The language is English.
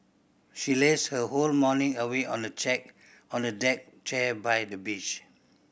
she lazed her whole morning away on a check on a deck chair by the beach